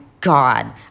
God